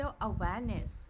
awareness